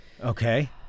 Okay